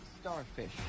Starfish